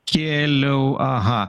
kėliau aha